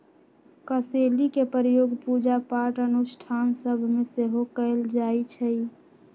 कसेलि के प्रयोग पूजा पाठ अनुष्ठान सभ में सेहो कएल जाइ छइ